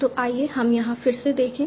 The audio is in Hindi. तो आइए हम यहां फिर से देखें